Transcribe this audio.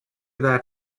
that